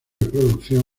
producción